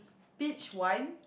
beach wine